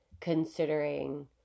considering